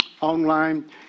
online